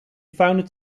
founded